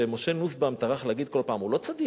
שמשה נוסבאום טרח להגיד כל פעם: הוא לא צדיק,